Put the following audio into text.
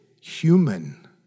human